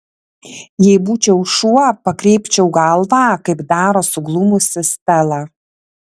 jei būčiau šuo pakreipčiau galvą kaip daro suglumusi stela